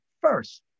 first